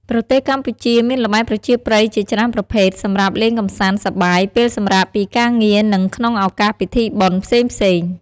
ប្រទេសកម្ពុជាមានល្បែងប្រជាប្រិយជាច្រើនប្រភេទសម្រាប់លេងកម្សាន្តសប្បាយពេលសម្រាកពីការងារនិងក្នុងឱកាសពិធីបុណ្យផ្សេងៗ។